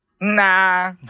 Nah